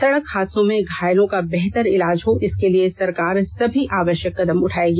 सड़क हादसों में घायलों को बेहतर इलाज हो इसके लिए सरकार सभी आवष्यक कदम उठाएगी